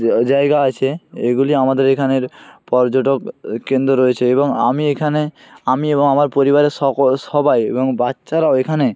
জায়গা আছে এগুলি আমাদের এখানের পর্যটক কেন্দ্র রয়েছে এবং আমি এখানে আমি এবং আমার পরিবারের সকল সবাই এবং বাচ্চারাও এখানে